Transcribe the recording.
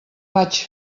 vaig